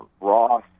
Ross